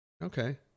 Okay